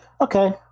okay